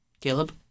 Caleb